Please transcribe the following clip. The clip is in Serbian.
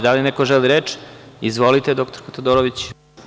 Da li neko želi reč? (Da.) Izvolite, dr Todorović.